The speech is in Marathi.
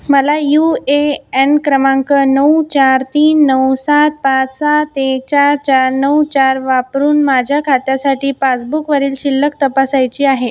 मला यू ए एन क्रमांक नऊ चार तीन नऊ सात पाच सात एक चार चार नऊ चार वापरून माझ्या खात्यासाठी पासबुकवरील शिल्लक तपासायची आहे